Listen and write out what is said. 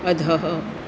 अधः